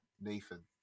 Nathan